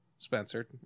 Spencer